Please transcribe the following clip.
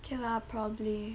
K lah probably